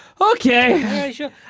Okay